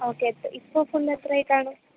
okay ഇപ്പം പിന്നെ എത്രയായിക്കാണും